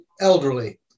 elderly